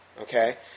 Okay